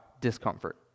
discomfort